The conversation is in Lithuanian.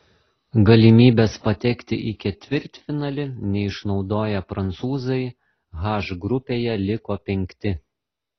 galimybės patekti į ketvirtfinalį neišnaudoję prancūzai h grupėje liko penkti